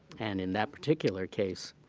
and in that particular case